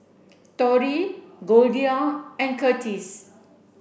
Tori Goldia and Kurtis